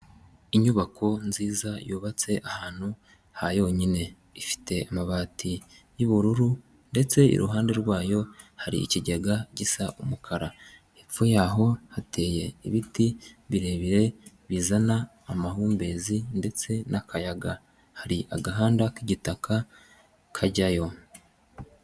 Inyubako nziza yubatse ahantu ha yonyine ifite amabati y'ubururu, ndetse iruhande rwayo hari ikigega gisa umukara, hepfo yaho hateye ibiti birebire bizana amahumbezi ndetse n'akayaga, hari agahanda k'igitaka kajyayo.